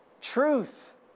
Truth